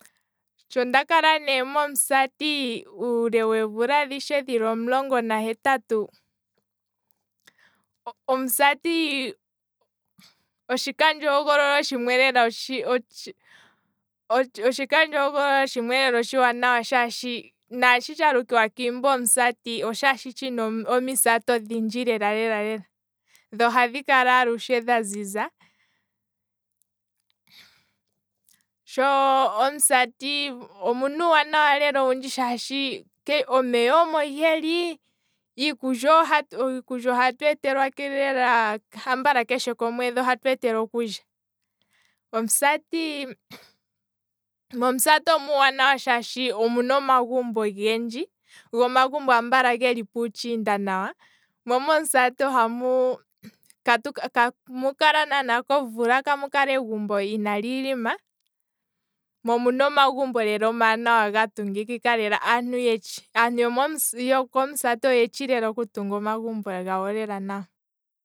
Sho ndakala ne momusati uule weemvula dhili omulongo nahetatu, omusati otshikandjo hogololo shimwe otshikandjo hogololo lela tshimwe otshiwanawa shaashi naashi tsha lukwa kiimba omusati oshaashi tshina omisati odhindji lela lela, dho ohadhi kala lela dhaziza, shoomusati omuna lela uuwanawa owundji shaashi omeya omogeli, iikulya ohatu etelwa lela ambala keshe omwedhi ohatu etelwa okulya, omusati, momusati omuuwanawa lela shaashi omuna omagumbo ogendji, go omagumbo ambala geli puutshinda nawa, momomusati omu, ka- ka- kamu kala omvula kamu kala egumbo inali lima, mo omuna omagumbo lela omawanawa ga tungikika lela aantu yetshi, aantu yokomusati oyetshi okutunga omagumbo gawo lela nawa.